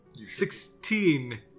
Sixteen